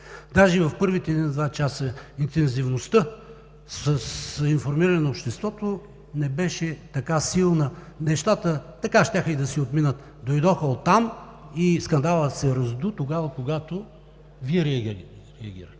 Даже и в първите един-два часа интензивността на информиране на обществото не беше така силна, нещата така щяха и да си отминат. Дойдоха оттам и скандалът се разду тогава, когато Вие реагирахте.